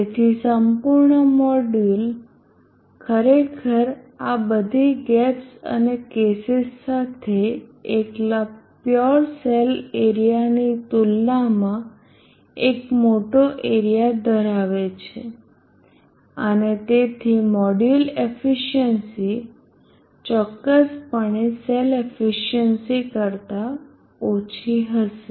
તેથી સંપૂર્ણ મોડ્યુલ ખરેખર આ બધી ગેપ્સ અને કેસીસ સાથે એકલા પ્યોર સેલ એરીયાની તુલનામાં એક મોટો એરીયા ધરાવે છે અને તેથી મોડ્યુલ એફિસિયન્સી ચોક્કસપણે સેલ એફિસિયન્સી કરતા ઓછી હશે